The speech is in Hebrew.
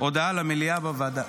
הודעה למליאה בלבד.